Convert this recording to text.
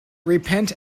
repent